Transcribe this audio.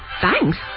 Thanks